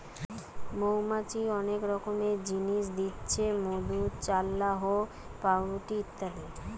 মৌমাছি অনেক রকমের জিনিস দিচ্ছে মধু, চাল্লাহ, পাউরুটি ইত্যাদি